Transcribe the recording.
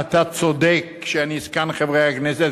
אתה צודק שאני זקן חברי הכנסת,